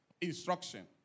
instruction